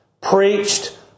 preached